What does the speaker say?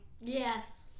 Yes